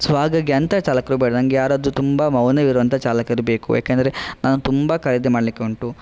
so ಹಾಗಾಗಿ ಅಂಥ ಚಾಲಕರು ಬೇಡ ನಂಗೆ ಯಾರಾದರೂ ತುಂಬ ಮೌನವಿರುವಂಥ ಚಾಲಕರು ಬೇಕು ಯಾಕಂದ್ರೆ ನಾನು ತುಂಬ ಖರೀದಿ ಮಾಡಲಿಕ್ಕೆ ಉಂಟು